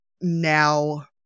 Now